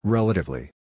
Relatively